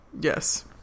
yes